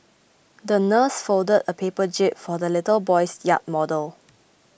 the nurse folded a paper jib for the little boy's yacht model